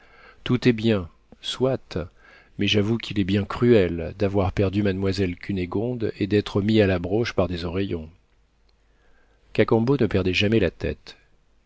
tout est bien soit mais j'avoue qu'il est bien cruel d'avoir perdu mademoiselle cunégonde et d'être mis à la broche par des oreillons cacambo ne perdait jamais la tête